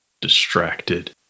distracted